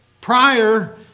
prior